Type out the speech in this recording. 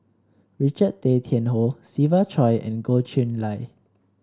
Richard Tay Tian Hoe Siva Choy and Goh Chiew Lye